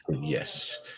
Yes